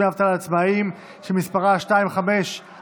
דמי אבטלה לעובד עצמאי) שמספרה 1591,